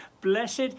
Blessed